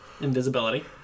invisibility